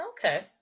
okay